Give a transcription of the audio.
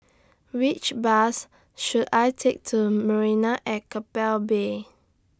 Which Bus should I Take to Marina At Keppel Bay